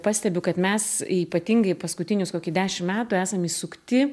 pastebiu kad mes ypatingai paskutinius kokį dešim metų esam įsukti